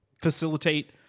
facilitate